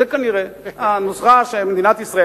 זו כנראה הנוסחה של מדינת ישראל.